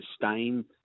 sustain